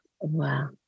Wow